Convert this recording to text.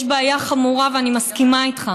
יש בעיה חמורה ואני מסכימה איתך.